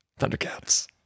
Thundercats